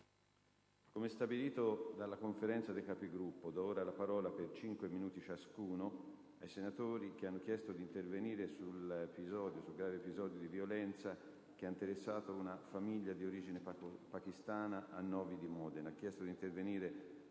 come stabilito dalla Conferenza dei Capigruppo, do ora la parola, per cinque minuti ciascuno, ai senatori che desiderano intervenire sul grave episodio di violenza che ha interessato una famiglia di origine pakistana a Novi di Modena.